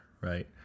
right